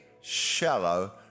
shallow